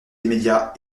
immédiat